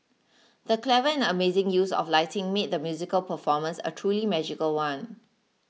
the clever and amazing use of lighting made the musical performance a truly magical one